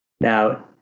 Now